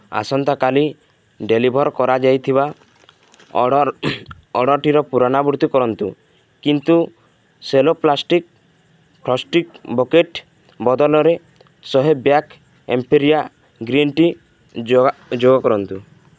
ଆସନ୍ତା କାଲି ଡେଲିଭର୍ କରାଯାଉଥିବା ଅର୍ଡ଼ ଅର୍ଡ଼ର୍ଟିର ପୁନରାବୃତ୍ତି କରନ୍ତୁ କିନ୍ତୁ ସେଲୋ ପ୍ଲାଷ୍ଟିକ୍ ଫ୍ରଷ୍ଟି ବକେଟ୍ ବଦଳରେ ଶହେ ବ୍ୟାଗ୍ ଏମ୍ପିରିଆ ଗ୍ରୀନ୍ ଟି ଯୋଗା ଯୋଗ କରନ୍ତୁ